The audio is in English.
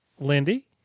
Lindy